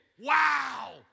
wow